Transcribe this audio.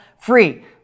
free